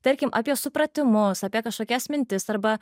tarkim apie supratimus apie kažkokias mintis arba